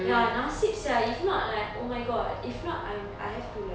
ya nasib sia if not ah oh my god if not I'm I have to like